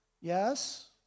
Yes